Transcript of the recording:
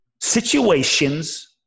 situations